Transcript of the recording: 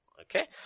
Okay